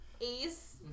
Ace